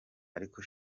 ariko